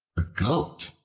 goat,